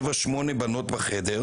שבע או שמונה בנות בחדר,